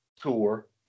Tour